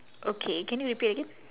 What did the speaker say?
okay can you repeat again